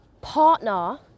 partner